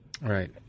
Right